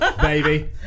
baby